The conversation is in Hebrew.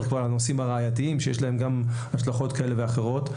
על הנושאים הראייתיים שיש להם השלכות כאלה ואחרות.